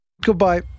Goodbye